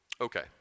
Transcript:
Okay